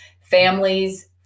families